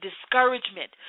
discouragement